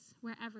wherever